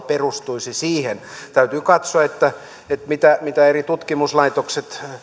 perustuisi siihen täytyy katsoa mitä eri tutkimuslaitokset